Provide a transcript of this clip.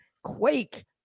quake